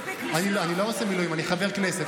אני לא עושה מילואים, אני חבר כנסת.